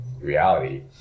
reality